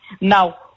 Now